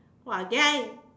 !wah! then I